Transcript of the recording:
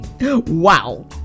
wow